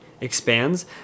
expands